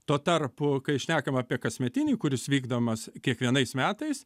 tuo tarpu kai šnekam apie kasmetinį kuris vykdomas kiekvienais metais